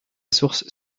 source